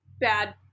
Bad